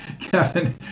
Kevin